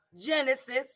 Genesis